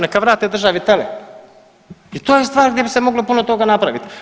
Neka varate državi tele i to je stvar gdje bi se moglo puno toga napravit.